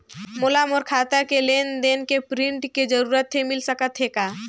मोला मोर खाता के लेन देन के प्रिंट के जरूरत हे मिल सकत हे का?